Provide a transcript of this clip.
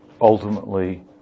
ultimately